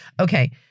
Okay